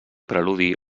preludi